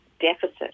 deficit